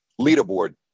leaderboard